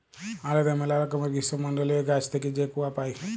আলেদা ম্যালা রকমের গীষ্মমল্ডলীয় গাহাচ থ্যাইকে যে কূয়া পাই